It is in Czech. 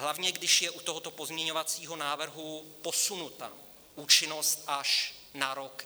Hlavně když je u tohoto pozměňovacího návrhu posunuta účinnost až na rok 2024.